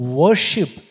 worship